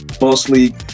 mostly